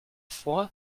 froid